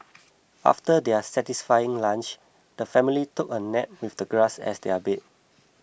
after their satisfying lunch the family took a nap with the grass as their bed